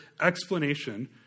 explanation